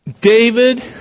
David